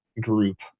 group